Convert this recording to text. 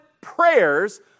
prayers